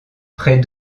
près